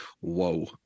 Whoa